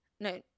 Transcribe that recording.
no